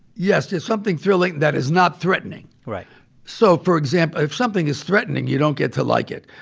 yes. it's something thrilling that is not threatening right so, for example, if something is threatening, you don't get to like it.